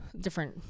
different